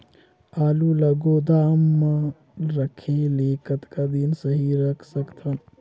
आलू ल गोदाम म रखे ले कतका दिन सही रख सकथन?